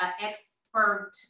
expert